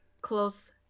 close